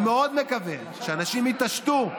אני מאוד מקווה שאנשים יתעשתו,